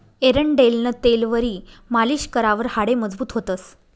एरंडेलनं तेलवरी मालीश करावर हाडे मजबूत व्हतंस